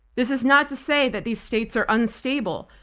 this is not to say that these states are unstable.